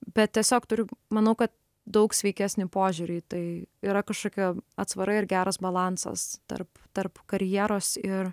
bet tiesiog turiu manau ka daug sveikesnį požiūrį į tai yra kažkokia atsvara ir geras balansas tarp tarp karjeros ir